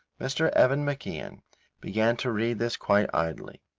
mr. evan macian began to read this quite idly,